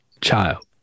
child